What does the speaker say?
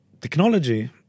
technology